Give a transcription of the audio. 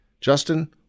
Justin